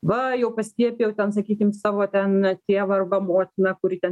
va jau paskiepijau ten sakykim savo ten tėvą arba motiną kuri ten